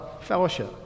fellowship